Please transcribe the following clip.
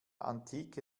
antike